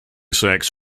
sex